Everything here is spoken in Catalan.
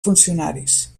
funcionaris